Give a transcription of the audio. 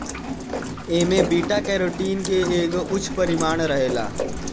एमे beta carotene के एगो उच्च परिमाण रहेला